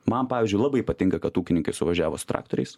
man pavyzdžiui labai patinka kad ūkininkai suvažiavo su traktoriais